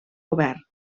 govern